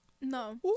No